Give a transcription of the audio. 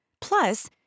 Plus